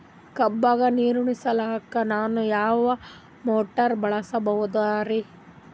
ಕಬ್ಬುಗ ನೀರುಣಿಸಲಕ ನಾನು ಯಾವ ಮೋಟಾರ್ ಬಳಸಬಹುದರಿ?